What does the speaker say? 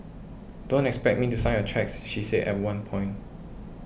don't expect me to sign your cheques she said at one point